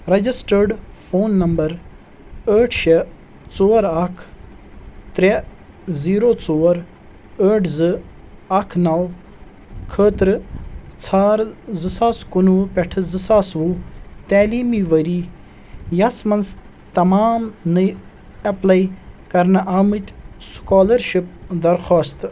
registered phone number ٲٹھ شےٚ ژور اکھ ترٛےٚ زیٖرو ژور ٲٹھ زٕ اکھ نَو خٲطرٕ ژھار زٕ ساس کُنہٕ وُہ پٮ۪ٹھ زٕ ساس وُہ تعلیٖمی ورۍ یَس مَنٛز تمام نٔے ایٚپلاے کرنہٕ آمِتۍ سُکالرشپ درخواستہٕ